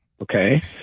Okay